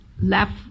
left